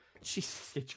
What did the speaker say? Jesus